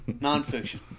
Non-fiction